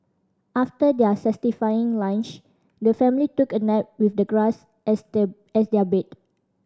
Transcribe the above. after their satisfying lunch the family took a nap with the grass as they as their bed